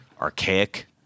Archaic